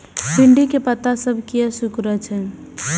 भिंडी के पत्ता सब किया सुकूरे छे?